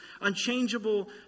Unchangeable